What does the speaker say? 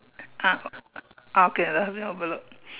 ah ah okay the thing overload